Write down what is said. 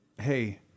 hey